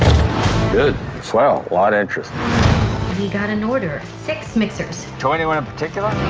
good. it's well, a lot interested! we got an order. six mixers. to anyone in particular?